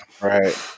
right